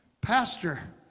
Pastor